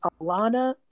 Alana